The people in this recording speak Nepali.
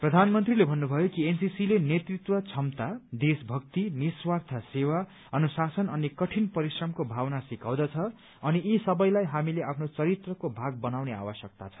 प्रधानमन्त्रीले भन्नुभयो कि एनसीसीले नेतृत्व क्षमता देशमक्ति निस्वार्य सेवा अनुशासन अनि कठिन परिश्रमको भावना सिकाउँदछ अनि यी सबैलाई हामीले आफ्नो चरित्रको भाग बनाउने आवश्यकता छ